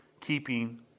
keeping